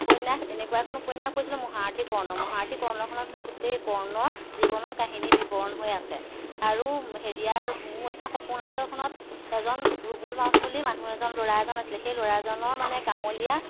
উপন্যাস এনেকুৱা এখন উপন্যাস পিছিলোঁ মহাৰ্থী কৰ্ণ মহাৰ্থী কৰ্ণখনত নে গোটেই কৰ্ণ জীৱনৰ কাহিনী বিৱৰণ হৈ আছে আৰু হেৰিয়াৰ মোৰ এটা সপোন আছে খনত এজন ৰুবুল মাউথ বুলি মানুহ এজন ল'ৰা এজন আছিলে সেই ল'ৰা এজনৰ মানে গাঁৱলীয়া